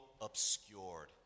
obscured